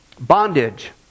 Bondage